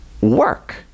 work